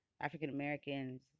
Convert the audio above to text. African-Americans